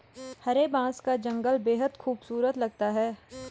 हरे बांस का जंगल बेहद खूबसूरत लगता है